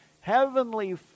heavenly